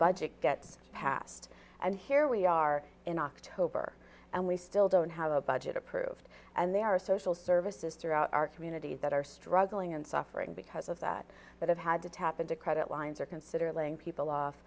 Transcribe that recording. budget get passed and here we are in october and we still don't have a budget approved and they are social services throughout our communities that are struggling and suffering because of that but have had to tap into credit lines or consider laying people off